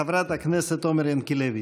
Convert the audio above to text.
חברת הכנסת עומר ינקלביץ'.